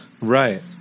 right